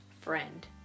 friend